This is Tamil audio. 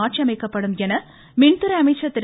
மாற்றியமைக்கப்படும் என மின்துறை அமைச்சர் திரு